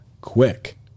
quick